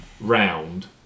round